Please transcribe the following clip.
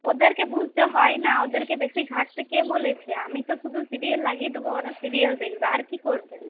ওদের কে বুঝতে হয় না ওদের কে বেশি ঘাটতে কে বলেছে আমি তো শুধু সিরিয়াল লাগিয়ে দেব ওরা সিরিয়াল দেখবে আর কি করবে